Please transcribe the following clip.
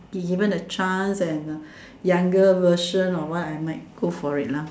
been given a chance and a younger version or what I might go for it lah